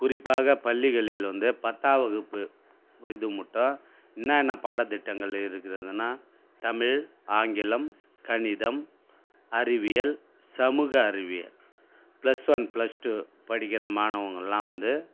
குறிப்பாகப் பள்ளிகளில் வந்து பத்தாம் வகுப்பு இதுமுட்டும் என்ன என்ன பாடத்திட்டங்கள் இருக்கிறதுன்னா தமிழ் ஆங்கிலம் கணிதம் அறிவியல் சமூக அறிவியல் பிளஸ் ஒன் பிளஸ் டூ படிக்கிற மாணவர்கள்லாம் வந்து